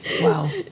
Wow